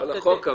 לא על החוק.